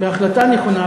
בהחלטה נכונה,